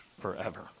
forever